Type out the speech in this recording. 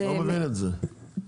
הרכבת האחרונה היא ב-20:40.